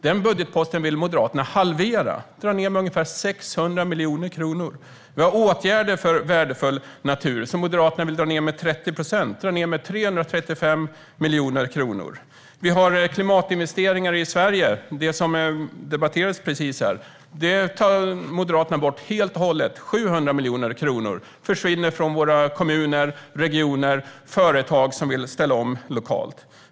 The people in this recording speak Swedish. Den budgetposten vill Moderaterna halvera - dra ned med ungefär 600 miljoner kronor. Vi har åtgärder för värdefull natur, som Moderaterna vill dra ned med 30 procent eller 335 miljoner kronor. Vi har klimatinvesteringar i Sverige, som precis debatterades här. Det anslaget tar Moderaterna bort helt och hållet; 700 miljoner kronor försvinner från våra kommuner, regioner och företag som vill ställa om lokalt.